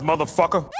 Motherfucker